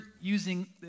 using